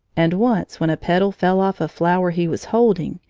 and once, when a petal fell off a flower he was holding,